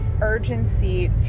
urgency